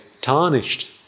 tarnished